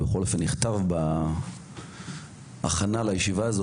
או שנכתב כהכנה לדיון הזה,